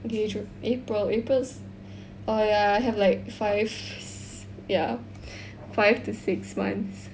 gradua~ April April's oh ya I have five si~ ya five to six months